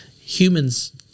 humans